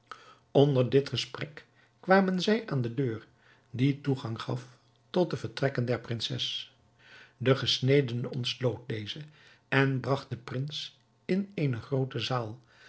onder dit gesprek kwamen zij aan de deur die toegang gaf tot de vertrekken der prinses de gesnedene ontsloot deze en bragt den prins in eene groote zaal